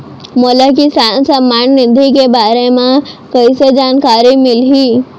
मोला किसान सम्मान निधि के बारे म कइसे जानकारी मिलही?